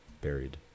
buried